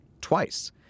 twice